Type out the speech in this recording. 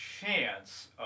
chance